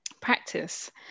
practice